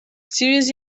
serious